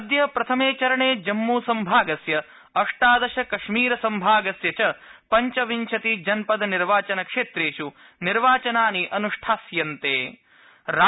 अद्य प्रथमे चरणे जम्मू सम्भागस्य अष्टादश कश्मीर सम्भागस्य च पञ्चविंशति जनपद् निर्वाचनक्षेत्रप् निर्वाचनानि अनुष्ठास्यन्ते